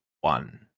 one